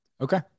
Okay